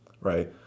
right